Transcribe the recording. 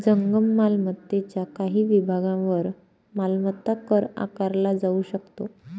जंगम मालमत्तेच्या काही विभागांवर मालमत्ता कर आकारला जाऊ शकतो